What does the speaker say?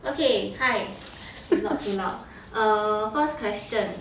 okay hi oh not too loud err first question